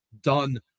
done